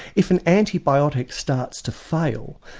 if an antibiotic starts to fail,